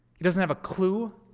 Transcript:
he doesn't have a clue,